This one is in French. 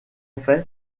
fait